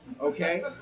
Okay